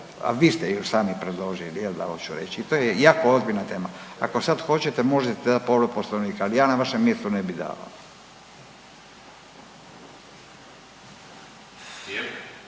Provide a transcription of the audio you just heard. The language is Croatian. a vi ste ju sami predložili jel da oću reći i to je jako ozbiljna tema. Ako sad hoćete možete dat povredu poslovnika, al ja na vašem mjestu ne bi dao.